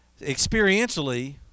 experientially